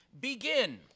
begin